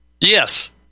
Yes